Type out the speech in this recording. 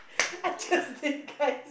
I just did guys